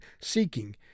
seeking